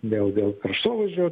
dėl dėl kraštovaizdžio